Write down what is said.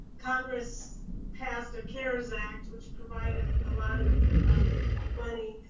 congress passed the cares act, which provided a lot of money,